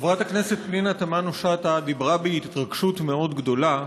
חברת הכנסת פנינה תמנו-שטה דיברה בהתרגשות מאוד גדולה,